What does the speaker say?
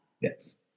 Yes